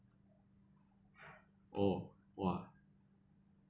oh !wah!